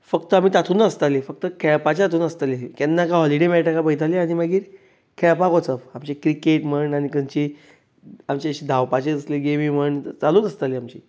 फकत आमी तातूंत आसताली फकत खेळपाचें हातूंत आसतालीं केन्ना काय हॉलीडे मेळटली काय म्हूण पयताली आनी मागीर खेळपाक वचप आतां क्रिकेट म्हण आनी खंयचेंय धांवपाचे अश्यो गेमी म्हण चालूच आसताले आमचें